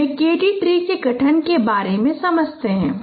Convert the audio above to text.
हमे K D tree के गठन के बारे में समझते है